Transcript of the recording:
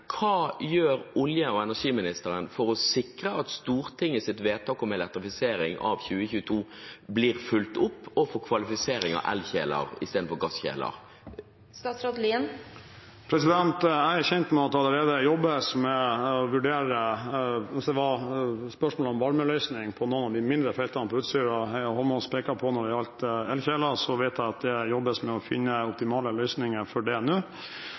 Hva gjør olje- og energiministeren for å sikre at Stortingets vedtak om elektrifisering innen 2022 blir fulgt opp, og for kvalifisering av elkjeler istedenfor gasskjeler? Hvis det var spørsmålet om varmeløsning på noen av de mindre feltene på Utsira Eidsvoll Holmås pekte på når det gjaldt elkjeler, så vet jeg at det jobbes med å finne optimale løsninger for det nå.